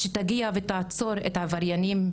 שתגיע ותעצור את העבריינים.